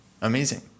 amazing